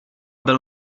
byl